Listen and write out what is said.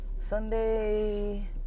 Sunday